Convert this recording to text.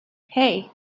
hey